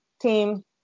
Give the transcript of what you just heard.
team